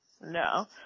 No